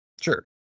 Sure